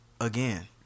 again